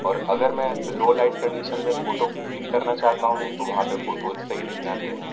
और अगर मैं लो लाइट कंडीशन में फ़ोटो क्लिक करना चाहता हूँ तो वहाँ पे फ़ोटोज सही नहीं आते हैं